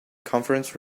conference